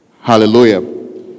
Hallelujah